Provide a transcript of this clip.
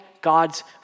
God's